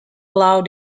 law